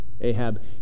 Ahab